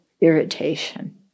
Irritation